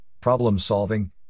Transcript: problem-solving